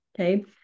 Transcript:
Okay